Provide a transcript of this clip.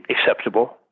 acceptable